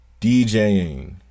DJing